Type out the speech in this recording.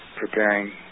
preparing